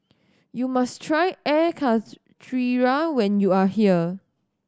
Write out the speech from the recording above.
you must try air karthira when you are here